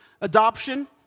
adoption